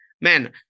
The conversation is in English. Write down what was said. man